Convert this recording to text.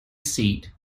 seat